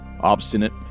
obstinate